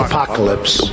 Apocalypse